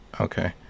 Okay